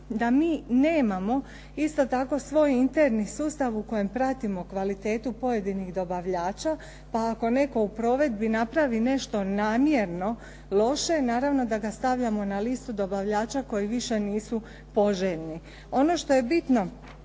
da mi nemamo isto tako svoj interni sustav u kojem pratimo kvalitetu pojedinih dobavljača, pa ako netko u provedbi napravi nešto namjerno loše naravno da ga stavljamo na listu dobavljača koji više nisu poželjni.